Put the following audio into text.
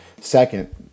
Second